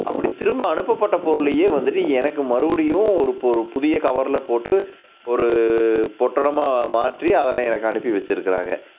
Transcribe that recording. அப்படி திரும்ப அனுப்பப்பட்ட பொருளையே வந்துவிட்டு எனக்கு மறுபடியும் ஒரு ஒரு புதிய கவரில் போட்டு ஒரு பொட்டலமா மாற்றி அதனை எனக்கு அனுப்பி வச்சுருக்காங்க